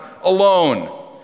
alone